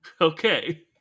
Okay